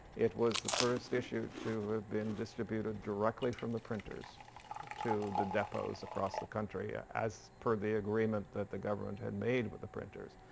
it was the first issue to have been distributed directly from the printers to the depots across the country as per the agreement that the government had made with the printers.